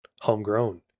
homegrown